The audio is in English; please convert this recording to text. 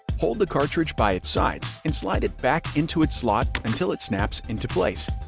hold the cartridge by its sides and slide it back into its slot until it snaps into place.